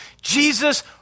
Jesus